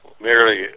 merely